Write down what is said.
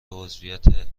عضویت